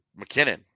McKinnon